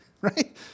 right